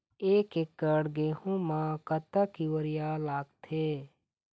एक एकड़ गेहूं म कतक यूरिया लागथे?